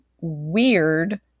weird